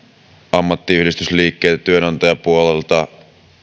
ammattiyhdistysliikkeet työnantajapuoli ja